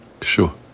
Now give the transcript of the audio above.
Sure